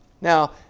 Now